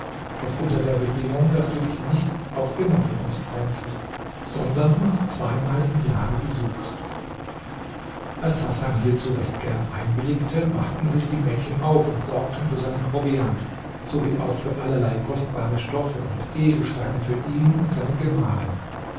doch unter der bedingung daß du dich nicht auf immer von uns trennst sondern uns zweimal im jahre besuchst als hasan hierzu recht gern einwilligte machten sich die mädchen auf und sorgten für seinen proviant sowie auch für allerlei kostbare stoffe und edelsteine für ihn und seine gemahlin